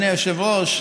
אדוני היושב-ראש,